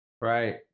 Right